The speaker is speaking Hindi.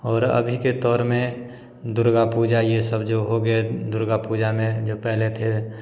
और अभी के दौर में दुर्गा पूजा जो ये सब हो गए दुर्गा पूजा में जो पहले थे